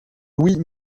louis